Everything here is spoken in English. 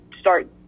start